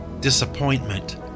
disappointment